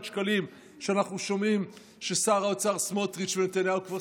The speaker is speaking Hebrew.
שקלים שאנחנו שומעים ששר האוצר סמוטריץ' ונתניהו כבר